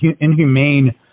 inhumane